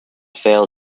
fail